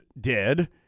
dead